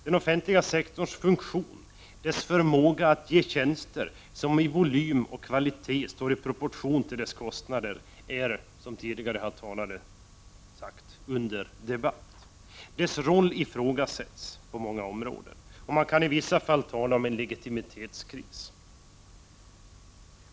Den offentliga sektorns funktion, dess förmåga att ge tjänster som i volym och kvalitet står i proportion till kostnaderna, är under debatt. Dess roll ifrågasätts på många områden. Man kan i vissa fall tala om en legitimitetskris.